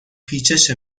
پیچش